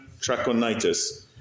Trachonitis